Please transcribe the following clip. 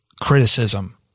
criticism